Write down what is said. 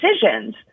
decisions